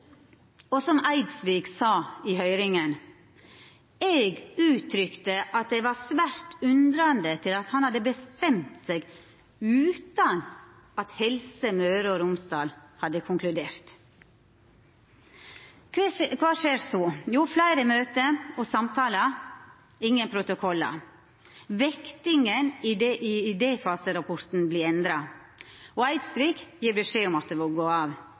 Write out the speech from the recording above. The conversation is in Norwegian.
og som Eidsvik sa i høyringa: «Eg uttrykte at eg var svært undrande til at han hadde bestemt seg utan at Helse Møre og Romsdal hadde konkludert.» Kva skjer så? Jo, fleire møte og samtalar. Ingen protokollar. Vektinga i idéfaserapporten vert endra, og Eidsvik gjev beskjed om at ho vil gå av.